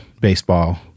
baseball